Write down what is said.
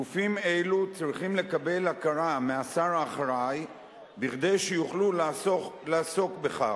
גופים אלו צריכים לקבל הכרה מהשר האחראי כדי שיוכלו לעסוק בכך.